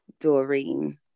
Doreen